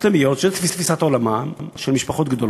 מוסלמיות שבתפיסת עולמן המשפחות גדולות.